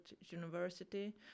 university